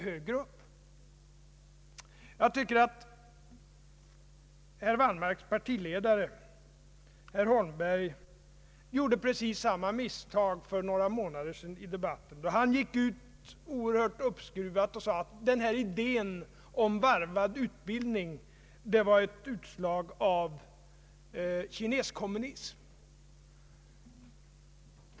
Herr Wallmarks partiledare herr Holmberg gjorde precis samma misstag i debatten för några månader sedan, då han startade oerhört uppskruvat och sade att idén om varvad utbildning var ett utslag av kineskommunism.